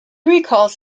recalls